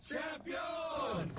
Champion